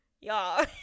Y'all